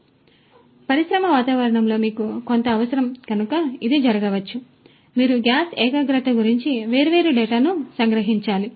కాబట్టి పరిశ్రమ వాతావరణంలో మీకు కొంత అవసరం కనుక ఇది జరగవచ్చు మీరు గ్యాస్ ఏకాగ్రత గురించి వేర్వేరు డేటాను సంగ్రహించాలి